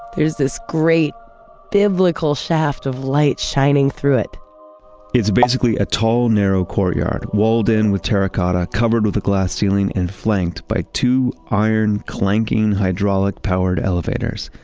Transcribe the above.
there's this great biblical shaft of light shining through it it's basically a tall narrow courtyard, walled in with terracotta, covered with a glass ceiling and flanked by two iron clanking, hydraulic-powered elevators,